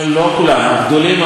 הגדולים עברו, לא כולם.